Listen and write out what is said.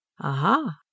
Aha